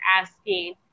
asking